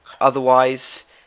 otherwise